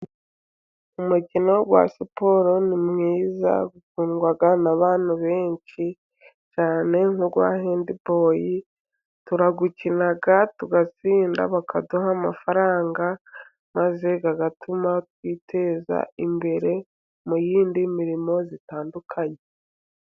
Umukino wa siporo ni mwiza ukundwa n'abantu benshi cyane, nk'uwa hendiboro turawukina tugatsinda bakaduha amafaranga, maze agatuma twiteza imbere mu yindi mirimo itandukanye.